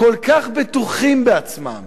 כל כך בטוחים בעצמם.